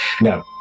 no